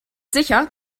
sicher